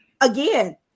again